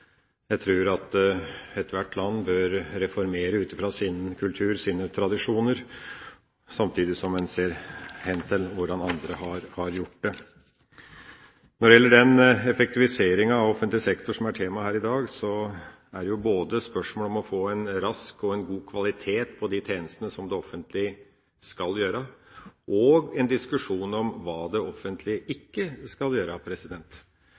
Jeg tror at ethvert land bør reformere ut fra sin kultur og sine tradisjoner, samtidig som en ser hen til hvordan andre har gjort det. Når det gjelder effektiviseringa av offentlig sektor, som er tema her i dag, er det både spørsmål om å få en god kvalitet på de tjenestene som det offentlige skal utføre, og en diskusjon om hva det offentlige ikke skal gjøre.